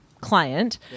client